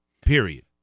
Period